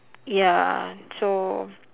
ya so